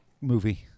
movie